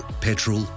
petrol